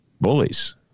bullies